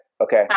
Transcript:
Okay